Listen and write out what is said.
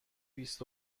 بیست